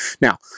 Now